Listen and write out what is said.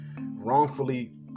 wrongfully